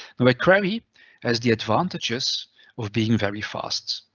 the but query has the advantages of being very fast.